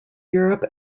europe